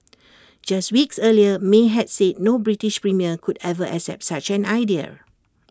just weeks earlier may had said no British premier could ever accept such an idea